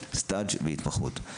סטז' והתמחות.